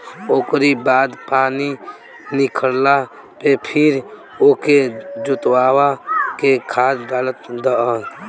ओकरी बाद पानी निखरला पे फिर ओके जोतवा के खाद डाल दअ